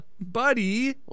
buddy